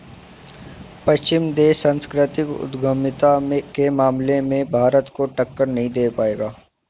पश्चिमी देश सांस्कृतिक उद्यमिता के मामले में भारत को टक्कर नहीं दे पाएंगे